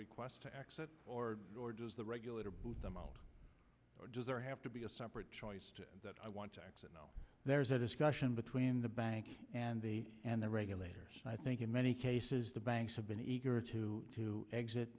request to exit or or does the regulator boot them out or does there have to be a separate choice that i want to exit no there is a discussion between the bank and the and the regulators and i think in many cases the banks have been eager to to exit